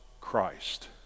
Christ